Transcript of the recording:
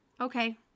okay